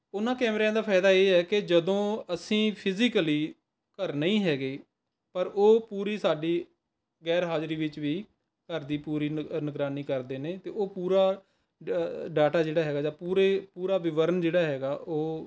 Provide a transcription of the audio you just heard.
ਉਨ੍ਹਾਂ ਕੈਮਰਿਆਂ ਦਾ ਫਾਇਦਾ ਇਹ ਹੈ ਕਿ ਜਦੋਂ ਅਸੀਂ ਫਿਜ਼ੀਕਲੀ ਘਰ ਨਹੀਂ ਹੈਗੇ ਪਰ ਉਹ ਪੂਰੀ ਸਾਡੀ ਗੈਰ ਹਾਜ਼ਰੀ ਵਿੱਚ ਵੀ ਘਰ ਦੀ ਪੂਰੀ ਨਿ ਨਿਗਰਾਨੀ ਕਰਦੇ ਨੇ ਅਤੇ ਉਹ ਪੂਰਾ ਡ ਡਾਟਾ ਜਿਹੜਾ ਹੈਗਾ ਜਾਂ ਪੂਰੇ ਪੂਰਾ ਵਿਵਰਣ ਜਿਹੜਾ ਹੈਗਾ ਉਹ